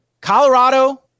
Colorado